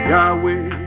Yahweh